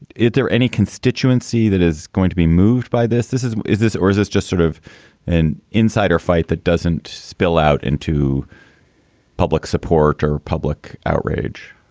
is there any constituency that is going to be moved by this? this is is this or is this just sort of an insider fight that doesn't spill out into public support or public outrage?